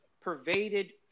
pervaded